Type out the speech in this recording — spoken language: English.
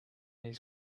his